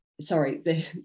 sorry